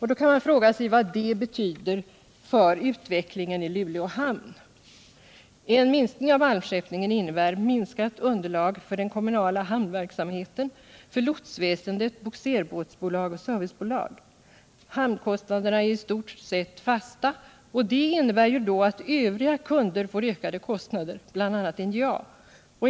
Man kan fråga sig vad det kommer att betyda för utvecklingen i Luleå hamn. En minskning av malmskeppningen innebär minskat underlag för den kommunala hamnverksamheten, för lotsväsendet, bogserbåtsbolag och servicebolag. Hamnkostnaderna är i stort sett fasta, vilket innebär att övriga kunder, bl.a. NJA, får ökade kostnader.